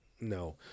No